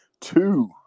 two